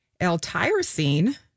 L-tyrosine